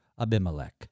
Abimelech